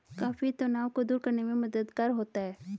coffee तनाव को दूर करने में मददगार होता है